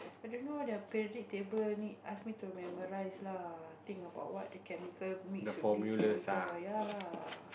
i don't know the periodic table need ask me to memorize lah think about what the chemical mix with this chemical ya lah